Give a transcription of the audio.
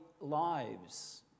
lives